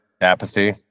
apathy